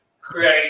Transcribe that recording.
create